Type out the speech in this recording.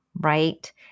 right